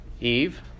Eve